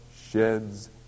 sheds